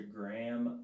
instagram